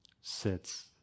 sits